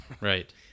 Right